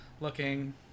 looking